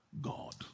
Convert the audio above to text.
God